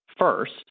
first